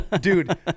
dude